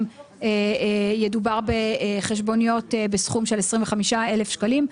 ידובר בחשבוניות בסכום של 25,000 שקלים.